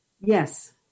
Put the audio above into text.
Yes